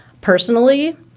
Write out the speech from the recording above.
personally